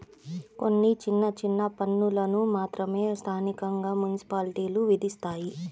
కొన్ని చిన్న చిన్న పన్నులను మాత్రమే స్థానికంగా మున్సిపాలిటీలు విధిస్తాయి